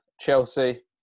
Chelsea